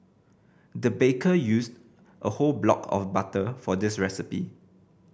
the baker used a whole block of butter for this recipe